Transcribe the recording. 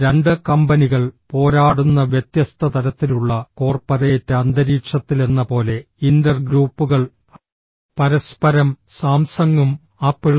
രണ്ട് കമ്പനികൾ പോരാടുന്ന വ്യത്യസ്ത തരത്തിലുള്ള കോർപ്പറേറ്റ് അന്തരീക്ഷത്തിലെന്നപോലെ ഇന്റർഗ്രൂപ്പുകൾ പരസ്പരം സാംസങ്ങും ആപ്പിളും